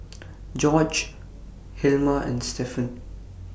Jorge Hilma and Stephen